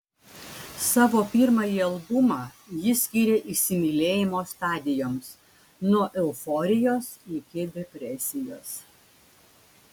savo pirmąjį albumą ji skyrė įsimylėjimo stadijoms nuo euforijos iki depresijos